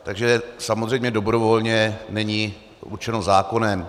Takže samozřejmě dobrovolně není určeno zákonem.